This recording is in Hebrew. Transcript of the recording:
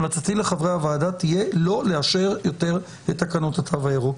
המלצתי לחברי הוועדה תהיה לא לאשר יותר את תקנות התו הירוק.